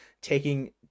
taking